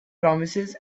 promises